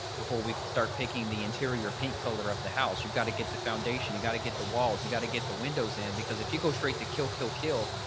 before we start picking the interior paint color of the house, you've got to get the foundation you got to get the walls you got to get the windows in because if you go straight to kill, kill, kill,